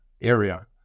area